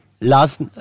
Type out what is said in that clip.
Last